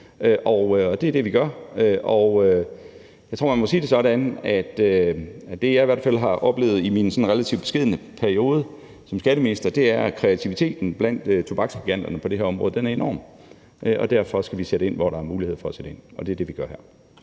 og det er det, vi gør. Jeg tror, at jeg må sige det sådan, at det, jeg i hvert fald har oplevet i min sådan relativt beskedne periode som skatteminister, er, at kreativiteten blandt tobaksgiganterne på det her område er enorm. Derfor skal vi sætte ind, hvor der er mulighed for at sætte ind, og det er det, vi gør her.